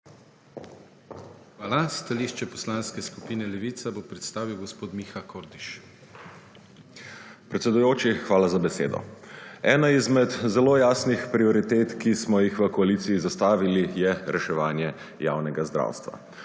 Hvala. Stališče Poslanske skupine Levica bo predstavil gospod Miha Kordiš. **MIHA KORDIŠ (PS Levica):** Predsedujoči, hvala za besedo. Ena izmed zelo jasnih prioritet, ki smo jih v koaliciji zastavili, je reševanje javnega zdravstva.